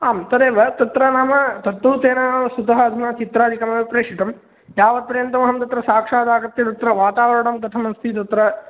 आम् तदेव तत्र नाम तत्तु तेन वस्तुतः अधुना चित्रादिकमेव प्रेषितं यावत्पर्यन्तम् अहं तत्र साक्षादागत्य तत्र वातावरणं कथम् अस्ति तत्र